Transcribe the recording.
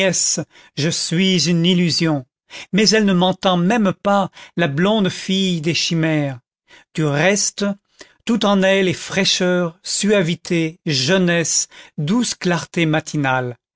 je suis une illusion mais elle ne m'entend même pas la blonde fille des chimères du reste tout en elle est fraîcheur suavité jeunesse douce clarté matinale